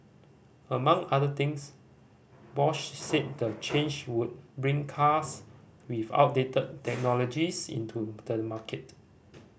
among other things Bosch said the change would bring cars with outdated technologies into the market